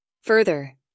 Further